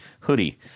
hoodie